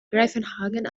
greifenhagen